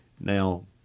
Now